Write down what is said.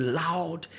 loud